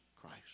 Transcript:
Christ